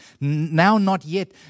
now-not-yet